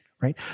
right